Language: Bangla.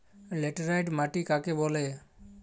লেটেরাইট মাটি কাকে বলে?